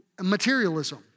materialism